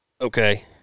okay